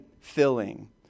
filling